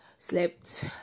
Slept